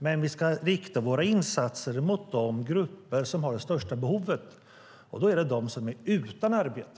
Men vi ska rikta våra insatser mot de grupper som har det största behovet. Det är de som är utan arbete.